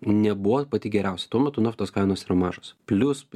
nebuvo pati geriausia tuo metu naftos kainos yra mažos plius